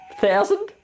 Thousand